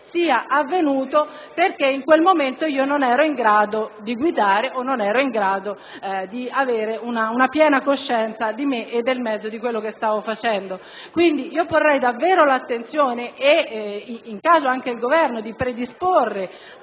sia avvenuto perché in quel momento non ero in grado di guidare o non ero in grado di avere una piena coscienza di me, del mezzo e di quello che stavo facendo. Quindi, sottoporrei davvero all'attenzione dell'Aula, e in caso anche del Governo, l'opportunità